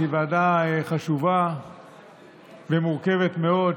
שהיא ועדה חשובה ומורכבת מאוד,